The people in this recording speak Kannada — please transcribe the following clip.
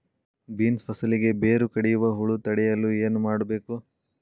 ಬೇನ್ಸ್ ಫಸಲಿಗೆ ಬೇರು ಕಡಿಯುವ ಹುಳು ತಡೆಯಲು ಏನು ಮಾಡಬೇಕು?